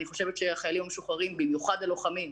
אני חושבת שהחיילים המשוחררים, במיוחד הלוחמים,